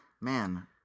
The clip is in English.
Man